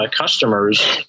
Customers